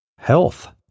health